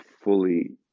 fully